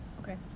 Okay